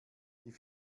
die